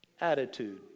attitude